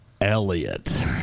Elliot